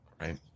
Right